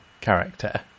character